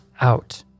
out